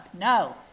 No